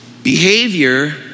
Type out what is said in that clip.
Behavior